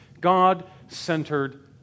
God-centered